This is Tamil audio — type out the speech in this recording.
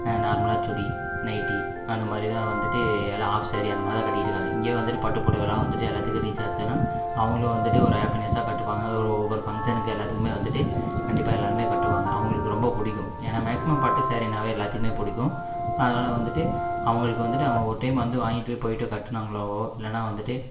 நார்மலாக சுடி நைட்டி அந்த மாதிரி தான் வந்துட்டு எல்லாம் ஹாஃப் ஸேரி அந்த மாதிரி தான் கட்டிகிட்டு இருக்காங்க இங்கேயும் வந்துட்டு பட்டுப் புடவலாம் வந்துட்டு எல்லாத்துக்கும் ரீச் ஆச்சுன்னா அவங்களும் வந்துட்டு ஒரு ஹேப்பினஸ்ஸாக கட்டுவாங்க ஒவ்வொரு ஃபங்க்ஷனுக்கு எல்லாத்துக்குமே வந்துட்டு கண்டிப்பாக எல்லோருமே கட்டுவாங்க அவங்களுக்கு ரொம்ப பிடிக்கும் ஏன்னால் மேக்ஸிமம் பட்டு ஸேரின்னாவே எல்லாத்துக்குமே பிடிக்கும் அதனால் வந்துட்டு அவங்களுக்கு வந்துட்டு அவங்க ஒரு டைம் வந்து வாங்கிட்டு போயிட்டு கட்டுனாங்களாவோ இல்லைன்னா வந்துட்டு